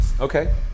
Okay